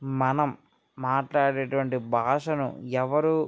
మనం మాట్లాడేటటువంటి భాషను ఎవరు